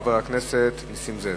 חבר הכנסת נסים זאב.